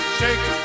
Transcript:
shake